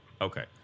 Okay